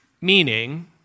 Meaning